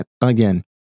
again